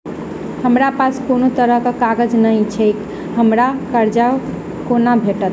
हमरा पास कोनो तरहक कागज नहि छैक हमरा कर्जा कोना भेटत?